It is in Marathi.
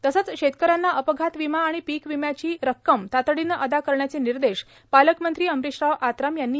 तसंच शेतकऱ्याना अपघात विमा आणि पिक विम्याची रक्कम तातडीनं अदा करण्याचे निर्देश पालकमंत्री अम्ब्रिशराव आत्राम यांनी दिले